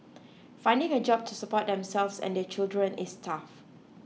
finding a job to support themselves and their children is tough